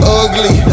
ugly